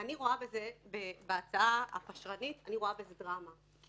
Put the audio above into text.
בהצעה הפשרנית אני רואה דרמה,